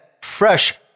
fresh